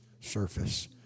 surface